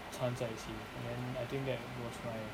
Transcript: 参在一起 then I think that was my